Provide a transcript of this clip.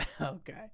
Okay